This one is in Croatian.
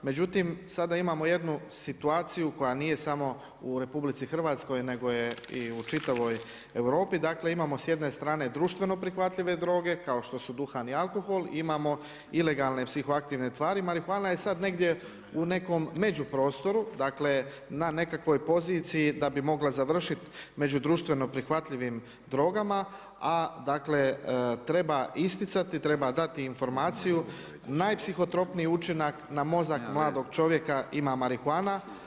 Međutim, sada imamo jednu situaciju koja nije samo u Republici Hrvatskoj nego je i u čitavoj Europi, dakle, imamo s jedne strane društveno prihvatljive droge kao što su duhan i alkohol i imamo ilegalne psihoaktivne tvari, marihuana je sada negdje u nekom međuprostoru dakle, na nekakvoj poziciji da bi mogla završit među društveno prihvatljivim drogama, a dakle, treba isticati treba dati informaciju najpshitropniji učinak na mozak mladog čovjeka ima marihuana.